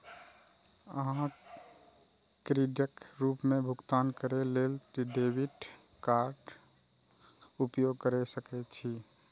अहां क्रेडिटक रूप मे भुगतान करै लेल डेबिट कार्डक उपयोग कैर सकै छी